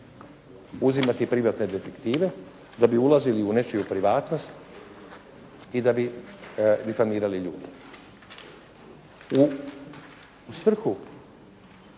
uzimati privatne detektive da bi ulazili u nečiju privatnost i da bi difamirali ljude. U svrhu